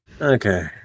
Okay